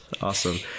Awesome